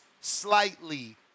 slightly